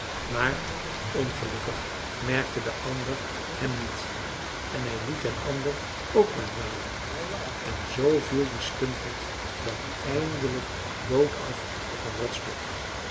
maar ongelukkig merkte françois haverschmidt familie en kennissen de ander hem niet en hij liet den ander ook maar dwalen en zoo viel die stumperd dan eindelijk doodaf op een rotsblok